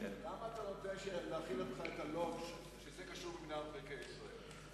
למה אתה נותן להאכיל אותך בלוקש שזה קשור למינהל מקרקעי ישראל?